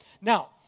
Now